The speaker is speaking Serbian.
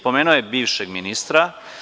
Pomenuo je bivšeg ministra.